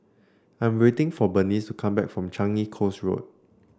I'm waiting for Bernice come back from Changi Coast Road